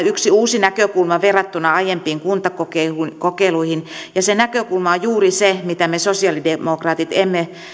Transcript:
yksi uusi näkökulma verrattuna aiempiin kuntakokeiluihin kuntakokeiluihin se näkökulma on juuri se mitä me sosiaalidemokraatit emme